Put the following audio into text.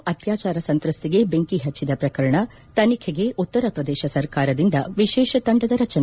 ಉನ್ನಾವ್ ಅತ್ಲಾಚಾರ ಸಂತ್ರಸ್ತೆಗೆ ಬೆಂಕಿ ಹಚ್ಚಿದ ಪ್ರಕರಣ ತನಿಖೆಗೆ ಉತ್ತರಪ್ರದೇಶ ಸರ್ಕಾರದಿಂದ ವಿಶೇಷ ತಂಡದ ರಚನೆ